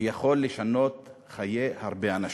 ויכול לשנות חיי הרבה אנשים.